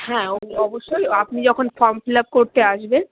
হ্যাঁ অবো অবশ্যই আপনি যখন ফর্ম ফিলাপ করতে আসবেন